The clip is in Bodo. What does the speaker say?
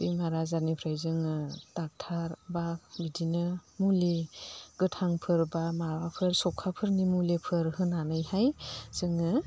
बेमार आजारनिफ्राय जोङो ड'क्टर बा बिदिनो मुलि गोथांफोर बा माबाफोर सौखाफोरनि मुलिफोर होनानैहाय जोङो